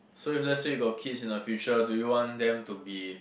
so if let's say you got kids in the future do you want them to be